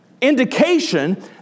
indication